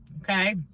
okay